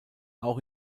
auch